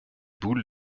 bull